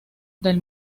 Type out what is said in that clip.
del